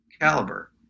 caliber